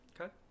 Okay